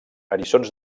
eriçons